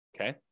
okay